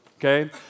Okay